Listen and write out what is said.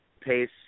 Pace